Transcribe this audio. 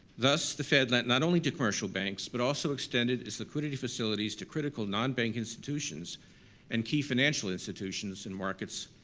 thus, the fed lent not only to commercial banks, but also extended its liquidity facilities to critical nonbank institutions and key financial institutions and markets,